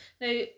Now